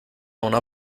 una